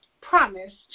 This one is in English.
promised